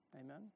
Amen